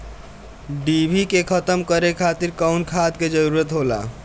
डिभी के खत्म करे खातीर कउन खाद के जरूरत होला?